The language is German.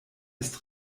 ist